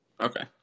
Okay